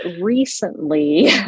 recently